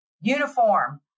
uniform